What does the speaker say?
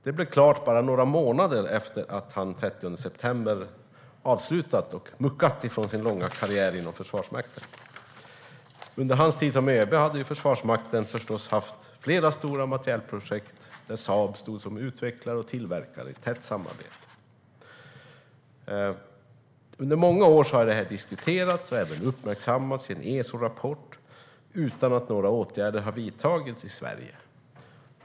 Det blev klart bara några månader efter det att han den 30 september avslutade och muckade från sin långa karriär inom Försvarsmakten. Under hans tid som ÖB har Försvarsmakten förstås haft flera stora materielprojekt där Saab stått som utvecklare och tillverkare, i tätt samarbete. Under många år har detta diskuterats och även uppmärksammats i en ESO-rapport utan att några åtgärder har vidtagits i Sverige.